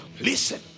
listen